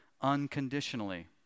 unconditionally